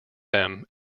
them